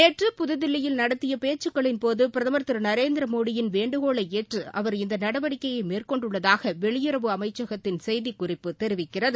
நேற்று புதுதில்லியில் நடத்திய பேச்சக்களின்போது பிரதமர் திரு நரேந்திர மோடியின் வேண்டுகோளை ஏற்று அவர் இந்த நடவடிக்கையை மேற்கொண்டுள்ளதாக வெளியுறவு அமைச்சகத்தின் செய்திக் குறிப்பு தெரிவிக்கிறது